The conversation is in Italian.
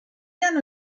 hanno